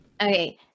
Okay